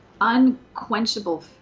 unquenchable